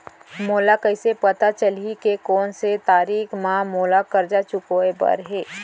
मोला कइसे पता चलही के कोन से तारीक म मोला करजा चुकोय बर हे?